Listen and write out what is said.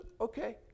okay